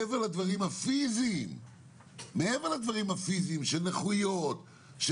מעבר לדברים הפיזיים של נכויות,